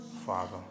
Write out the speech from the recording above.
Father